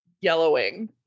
yellowing